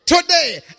today